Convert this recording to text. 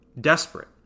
desperate